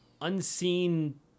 unseen